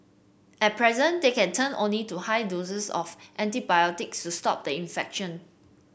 at present they can turn only to high doses of antibiotics to stop the infection